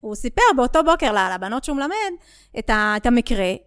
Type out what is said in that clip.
הוא סיפר באותו בוקר לבנות שהוא מלמד את ה... את המקרה.